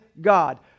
God